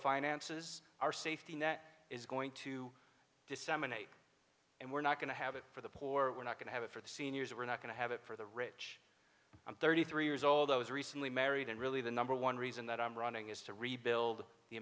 finances our safety net is going to disseminate and we're not going to have it for the poor we're not going to have it for the seniors we're not going to have it for the rich i'm thirty three years old i was recently married and really the number one reason that i'm running is to rebuild the